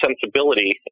sensibility